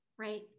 Right